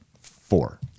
four